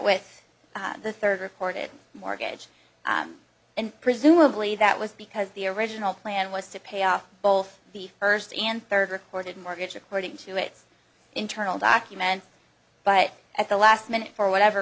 with the third recorded mortgage and presumably that was because the original plan was to pay off both the first and third recorded mortgage according to its internal document but at the last minute for whatever